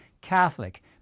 Catholic